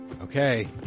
Okay